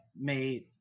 made